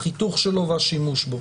החיתוך שלו והשימוש בו,